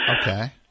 Okay